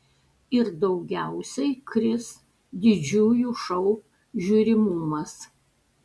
ir daugiausiai kris didžiųjų šou žiūrimumas